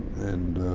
and